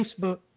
Facebook